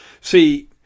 See